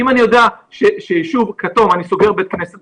אם אני יודע שיישוב כתום אני סוגר את בית הכנסת,